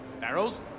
Barrels